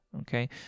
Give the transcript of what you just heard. okay